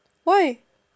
why